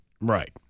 Right